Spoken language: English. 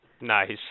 Nice